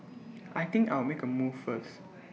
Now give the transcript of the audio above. I think I'll make A move first